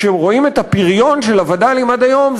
כשרואים את הפריון של הווד"לים עד היום,